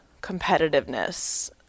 competitiveness